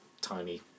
tiny